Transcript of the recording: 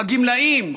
הגמלאים,